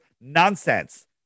nonsense